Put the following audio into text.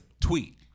tweet